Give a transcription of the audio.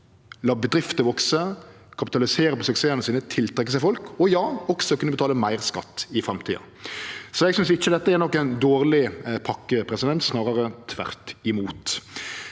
la bedrifter vekse og kapitalisere på suksessane sine og tiltrekkje seg folk – og ja, også kunne betale meir skatt i framtida. Eg synest ikkje dette er nokon dårleg pakke, snarare tvert imot.